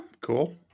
cool